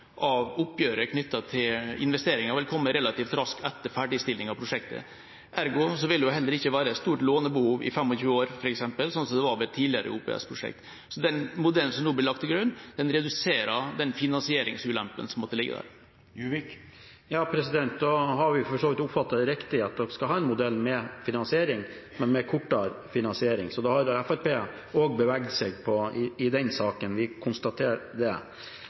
av oppgjøret knyttet til investeringer vil komme relativt raskt etter ferdigstilling av prosjektet, ergo vil det heller ikke være et stort lånebehov i 25 år, f.eks., slik det var ved tidligere OPS-prosjekt. Den modellen som nå blir lagt til grunn, reduserer den finansieringsulempen som måtte ligge der. Da har vi for så vidt oppfattet det riktig, at dere skal ha en modell med finansiering, men med kortere finansieringstid, så da har Fremskrittspartiet også beveget seg i denne saken – vi konstaterer det. Spørsmålet er